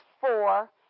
four